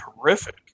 terrific